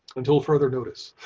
until further notice.